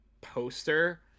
poster